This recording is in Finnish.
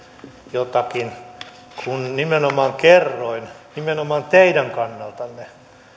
jotakin kun nimenomaan kerroin nimenomaan teidän kannaltanne